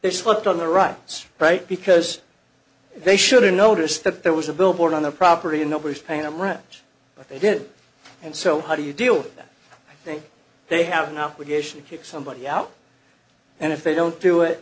they slipped on the rights right because they should have noticed that there was a billboard on the property and nobody's paying them rent but they did and so how do you deal with that i think they have enough with geisha kick somebody out and if they don't do